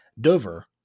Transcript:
Dover